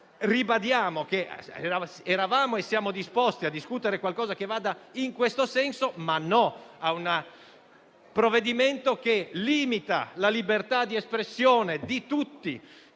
Ribadiamo che eravamo e siamo disposti a discutere qualcosa che vada in questo senso, ma diciamo no a un provvedimento che limita la libertà di espressione di tutti.